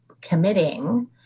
committing